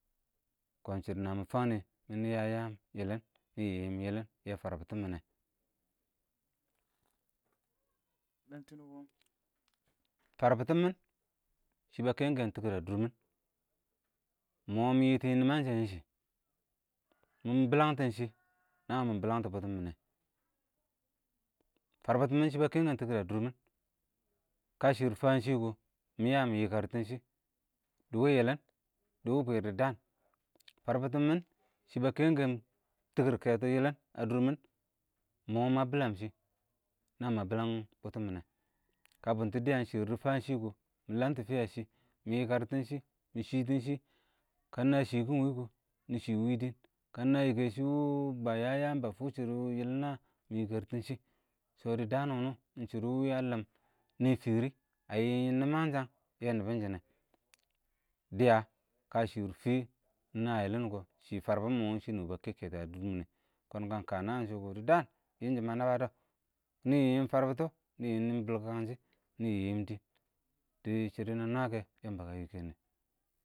kɔɔn shɪdɔ nə nɪ fəng nɪ nɪ mɪ yəə yəəm yɪlɪn, nɪ yɪɪm yɪlɪn, dɪ fərbʊtʊ mɪn yɛ, dan tinubu fərbɪmɪn shɪ bə kɛm-kɛm tɪkɪr ə dʊrmɪn, ɪng mɔ mɪ yɪtɪ yɪɪm nɪməngshə yɛ shɪ, mɪ bələngtɪ shɪ, nəən mɪ bɪ kəngtɔ bʊtʊmɪn yɛ, fərbɪtɪn mɪn shɪ bə kɛkɛn tɪkɪr ə dʊrmɪn, kə shɪr dɪ fəən shɪ kʊ, mɪyə yəmɪ yɪ kərtɪn shɪ dɪ wɪ yɪlɪn, dɪ wɪ bwɪr dɪ dəən, fərbɪtɪmɪn ɪng shɪbə kɛɛm kɛɛm tɪkɪr kɛtɔ yɪlɪn ə dʊrmɪn, ɪng mɔ mə bɪləngshɪ, nə mə bɪləng bʊtʊmɪn yɛ, kə bʊntʊ dɪyə dɪ fəən shɪ kʊ, mɪ ləmtɔ fɪyə shɪ, mɪ yɪkərtɪn shɪ, mɪ shɪtɪn shɪ kən ɪng nəə shɪkɪn wɪɪ kɔ, nɪ shɪ wɪɪ dɪɪn, shɪdʊ wɪ ə lɪɪm, kəən yɪkɛ shɪ wʊ bə nyən yəən bə fʊk shɪdɔ wɪɪ yɪlə, mɪ yɪkɛr shɪ, shʊ dɪ dəən wʊnʊ, ɪng shɪdɔ wɪ ə lɪɪm, nɪ fɪrɪ, ə yɪɪ yɪɪm yɪləngshən, yɛ nɪbɪn shɪnɛ dɪyə kəshɪ dɪ fɪɪ, ɪng nə yɪlɪn kɔ dɪ dəən yɪm shɪn bə nəbədɔ, nɪ yɪɪm yɪ fərbʊtɔ, nɪ yɪɪm bʊlkʊkəng shɪ, nɪ yɪɪm dɪɪn, dɪ shɪdɔ nə nəə kɛ, ɪng yəmbə ə yɪkɛnɪ.